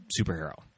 superhero